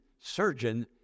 surgeon